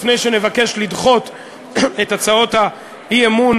לפני שנבקש לדחות את הצעות האי-אמון